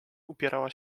upierała